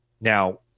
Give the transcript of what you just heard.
now